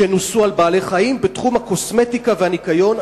שנוסו על בעלי-חיים, בתחום הקוסמטיקה והניקיון.